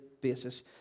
basis